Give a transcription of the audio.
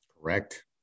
Correct